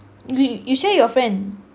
you share with your friend